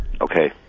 Okay